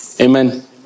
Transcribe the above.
Amen